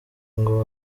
ngo